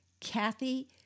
Kathy